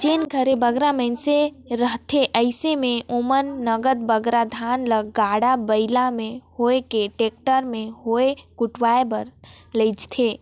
जेन घरे बगरा मइनसे रहथें अइसे में ओमन नगद बगरा धान ल गाड़ा बइला में होए कि टेक्टर में होए कुटवाए बर लेइजथें